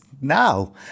Now